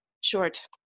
short